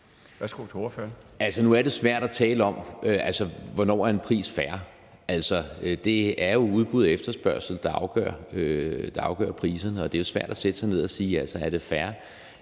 (V): Altså, nu er det svært at tale om, hvornår en pris er fair. Det er jo udbud og efterspørgsel, der afgør priserne, og det er svært at sætte sig ned og sige, om det er fair,